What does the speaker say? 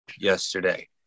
Yesterday